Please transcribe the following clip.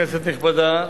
כנסת נכבדה,